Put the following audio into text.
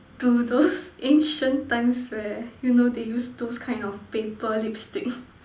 to those ancient times where you know they use those kind of paper lipstick